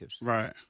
Right